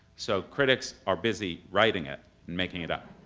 so critics are busy writing it and making it up